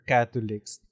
Catholics